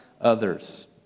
others